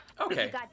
Okay